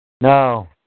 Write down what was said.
No